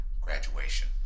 graduation